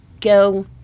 go